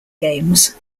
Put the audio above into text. games